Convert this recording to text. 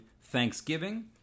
Thanksgiving